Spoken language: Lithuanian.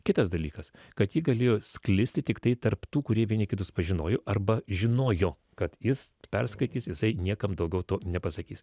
kitas dalykas kad ji galėjo sklisti tiktai tarp tų kurie vieni kitus pažinojo arba žinojo kad jis perskaitys jisai niekam daugiau to nepasakys